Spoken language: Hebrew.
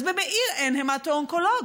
אז במאיר אין המטו-אונקולוג.